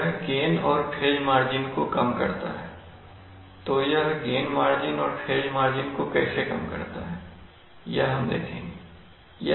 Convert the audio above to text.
यह गेन और phase margin को कम करता है तो यह गेन और फेज मार्जिन को कैसे कम करता है यह हम देखेंगे